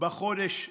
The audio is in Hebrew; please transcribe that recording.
בחודש שחלף.